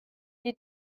die